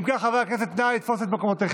אם כך, חברי הכנסת, נא לתפוס את מקומותיכם.